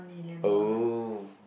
oh